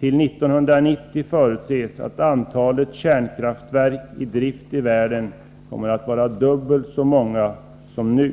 Till 1990 förutses att antalet kärnkraftverk i drift i världen kommer att vara dubbelt så stort som nu.